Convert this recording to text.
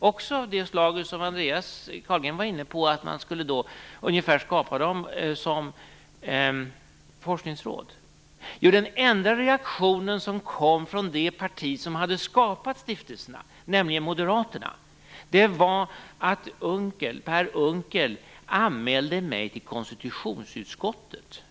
Jag föreslog även uppgörelser av det slag som Andreas Carlgren var inne på om att det skulle bli ungefär som forskningsråd. Den enda reaktionen från det parti som hade skapat stiftelserna, nämligen Moderaterna, var att Per Unckel anmälde mig till konstitutionsutskottet.